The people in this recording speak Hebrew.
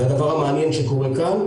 והדבר המעניין שקורה כאן,